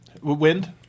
Wind